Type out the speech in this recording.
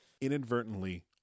inadvertently